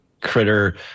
critter